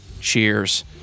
Cheers